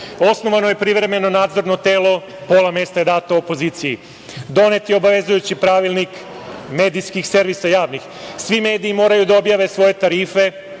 Osnovano je Privremeno nadzorno telo, pola mesta je dato opoziciji, donet je obavezujuć Pravilnik medijskih javnih servisa, svi mediji moraju da objave svoje tarife,